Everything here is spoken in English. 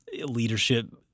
leadership